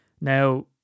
now